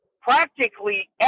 practically